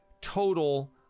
total